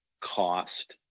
cost